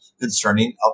concerning